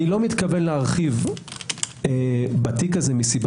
איני מתכוון להרחיב בתיק הזה מסיבה